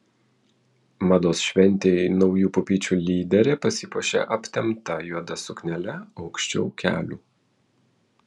mados šventei naujų pupyčių lyderė pasipuošė aptempta juoda suknele aukščiau kelių